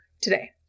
today